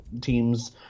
teams